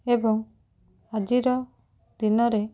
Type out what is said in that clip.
ଏବଂ ଆଜିର ଦିନରେ